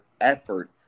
effort